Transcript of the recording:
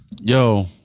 Yo